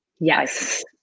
Yes